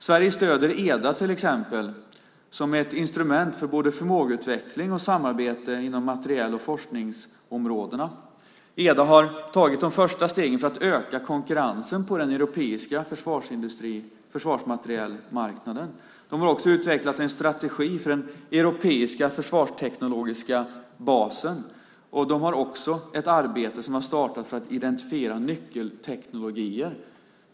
Sverige stöder till exempel EDA, som är ett instrument för både förmågeutveckling och samarbete inom materiel och forskningsområdena. EDA har tagit de första stegen för att öka konkurrensen på den europeiska försvarsmaterielmarknaden. Den har också utvecklat en strategi för den europeiska försvarsteknologiska basen och har också startat ett arbete för att identifiera nyckelteknologier.